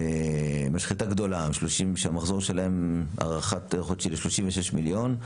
משחטה גדולה שהמחזור שלהם הערכה חודשית של 36 מיליון.